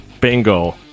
bingo